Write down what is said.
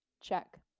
Check